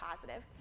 positive